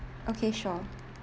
okay sure